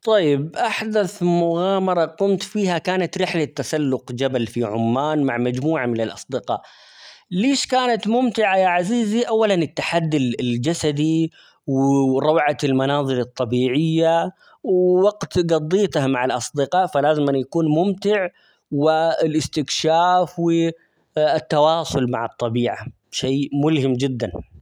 طيب أحدث مغامرة قمت فيها كانت رحلة تسلق جبل في عمان مع مجموعة من الأصدقاء ،ليش كانت ممتعة يا عزيزي؟ أولًا التحدي -ال- الجسدي -و- وروعة المناظر الطبيعية -و-وقت قضيته مع الأصدقاء فلازمًا يكون ممتع، و الاستكشاف، و التواصل مع الطبيعة، شيء ملهم جدا.